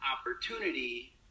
opportunity